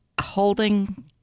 holding